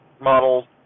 model